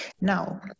Now